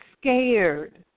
scared